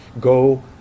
go